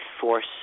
force